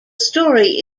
story